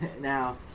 Now